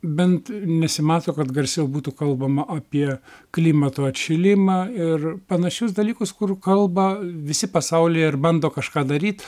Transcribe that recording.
bent nesimato kad garsiau būtų kalbama apie klimato atšilimą ir panašius dalykus kur kalba visi pasaulyje ir bando kažką daryt